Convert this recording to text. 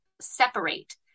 separate